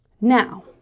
Now